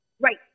Right